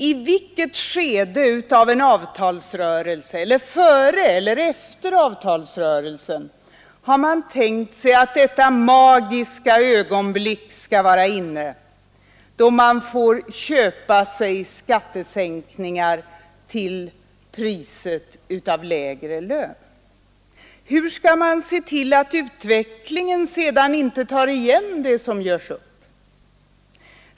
I vilket skede av en avtalsrörelse, eller före eller efter avtalsrörelsen, har man tänkt sig att detta magiska ögonblick skall vara inne, då man får köpa sig skattesänkningar till priset av lägre lön? Hur skall man se till att utvecklingen sedan inte tar igen det som görs upp?